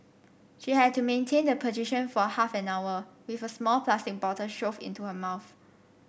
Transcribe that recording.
she had to maintain the position for half an hour with a small plastic bottle shoved into her mouth